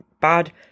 bad